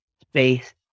space